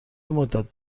مدت